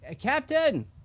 Captain